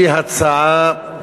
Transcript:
היא הצעה,